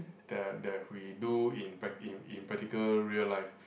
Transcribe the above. that that we do in prac~ in in practical real life